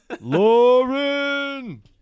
Lauren